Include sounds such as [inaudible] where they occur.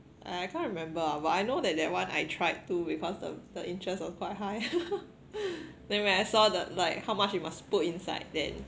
I can't remember but I know that that one I tried to because the the interest was quite high [laughs] then when I saw that like how much you must put inside then